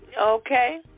Okay